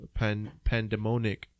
pandemonic